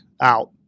out